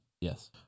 Yes